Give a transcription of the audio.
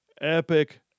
epic